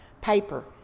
paper